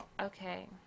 okay